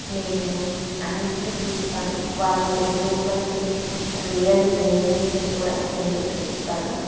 నేను అన్నింటినీ చూస్తాను వాళ్ళు పెట్టినటువంటి రియల్ ఇమేజస్ని కూడా నేను చూస్తాను